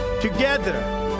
Together